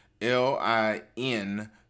L-I-N